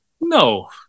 No